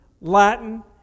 Latin